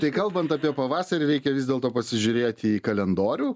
tai kalbant apie pavasarį reikia vis dėlto pasižiūrėt į kalendorių